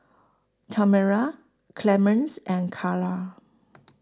Tamera Clemence and Cara